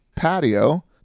patio